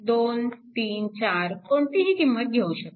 1234 कोणतीही किंमत घेऊ शकता